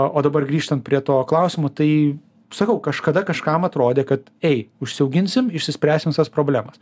o dabar grįžtant prie to klausimo tai sakau kažkada kažkam atrodė kad ei užsiauginsim išspręsim visas problemas